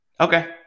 Okay